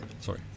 Sorry